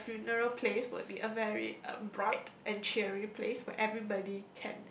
my my funeral place will be a bright and cheerier place while everybody